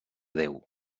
déu